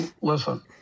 Listen